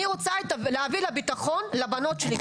אני רוצה להביא ביטחון לבנות שלי.